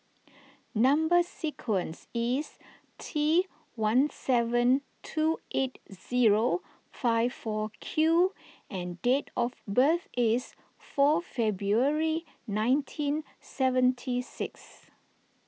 Number Sequence is T one seven two eight zero five four Q and date of birth is four February nineteen seventy six